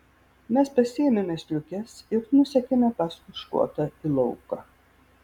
mes pasiėmėme striukes ir nusekėme paskui škotą į lauką